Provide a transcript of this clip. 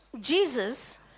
Jesus